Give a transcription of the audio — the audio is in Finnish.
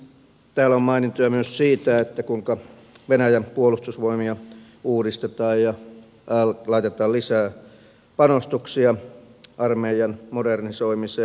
täällä on mainintoja myös siitä kuinka venäjän puolustusvoimia uudistetaan ja laitetaan lisää panostuksia armeijan modernisoimiseen